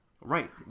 Right